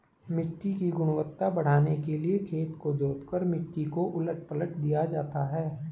मिट्टी की गुणवत्ता बढ़ाने के लिए खेत को जोतकर मिट्टी को उलट पलट दिया जाता है